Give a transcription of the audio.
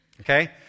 Okay